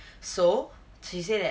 so she say that